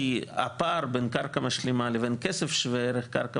כי הפער בין קרקע משלימה לבין כסף שווה ערך קרקע